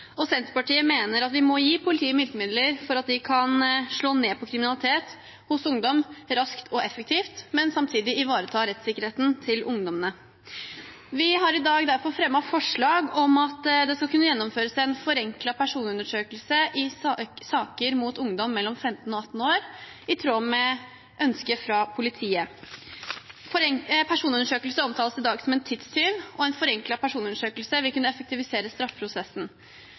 mot. Senterpartiet mener at vi må gi politiet virkemidler for at de kan slå ned på kriminalitet hos ungdom raskt og effektivt, men samtidig ivareta rettssikkerheten til ungdommene. Vi har i dag derfor fremmet forslag om at det skal kunne gjennomføres en forenklet personundersøkelse i saker mot ungdom mellom 15 og 18 år, i tråd med ønsket fra politiet. Personundersøkelse omtales i dag som en tidstyv, og en forenklet personundersøkelse vil kunne effektivisere straffeprosessen.